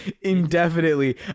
indefinitely